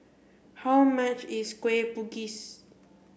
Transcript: how much is Kueh Bugis